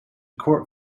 court